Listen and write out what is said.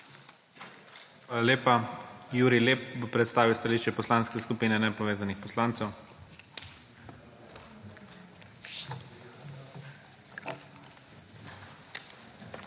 Hvala lepa. Jurij Lep bo predstavil stališče Poslanske skupine Nepovezanih poslancev.